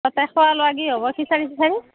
তাতে খোৱা লোৱা কি হ'ব খিচাৰি চিচাৰি